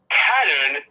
pattern